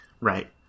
Right